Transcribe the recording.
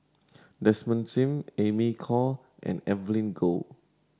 Desmond Sim Amy Khor and Evelyn Goh